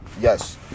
Yes